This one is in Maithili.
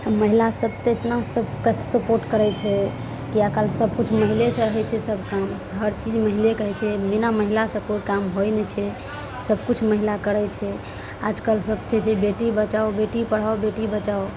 सब महिला सबके इतना सब कसके सर्पोट करय छै की आइ काल्हि सबकिछु महिलेसँ होइ छै सब काम हर चीज महिलेके होइ छै बिना महिलासँ कोइ काम होइ नहि छै सबकिछु महिला करय छै आजकल सबके जे बेटी बचाओ बेटी पढ़ाओ बेटी बचाओ